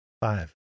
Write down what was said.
Five